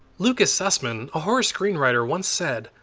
lucas sussman, a horror screenwriter once said,